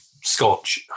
Scotch